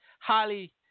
highly